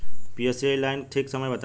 Pusa nine के ठीक समय बताई जाई?